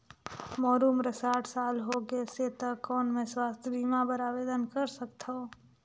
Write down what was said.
मोर उम्र साठ साल हो गे से त कौन मैं स्वास्थ बीमा बर आवेदन कर सकथव?